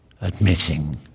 admitting